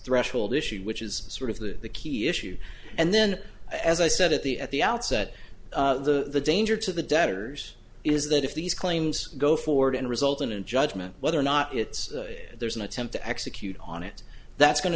threshold issue which is sort of the key issue and then as i said at the at the outset the danger to the debtors is that if these claims go forward and result in a judgment whether or not it's there's an attempt to execute on it that's going to